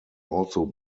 also